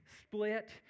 split